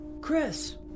Chris